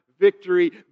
victory